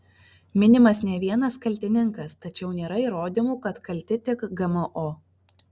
minimas ne vienas kaltininkas tačiau nėra įrodymų kad kalti tik gmo